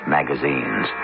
Magazines